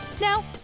Now